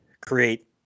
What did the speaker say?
create